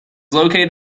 located